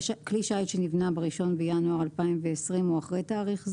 כלי שיט שנבנה ב-1 בינואר 2020 או אחרי תאריך זה,